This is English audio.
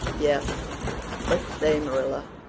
yes but say, marilla,